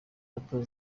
hato